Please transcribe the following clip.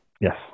Yes